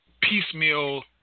piecemeal